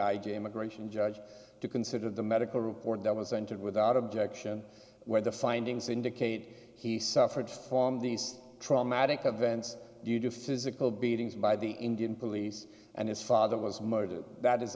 idea immigration judge to consider the medical report that was entered without objection where the findings indicate he suffered from these traumatic events due to physical beatings by the indian police and his father was murdered that is